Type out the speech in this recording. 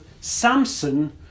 Samson